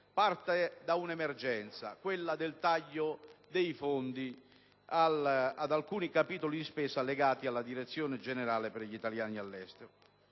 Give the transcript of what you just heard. parte da un'emergenza, quella del taglio dei fondi ad alcuni capitoli di spesa legati alla Direzione generale per gli italiani all'estero.